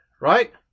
Right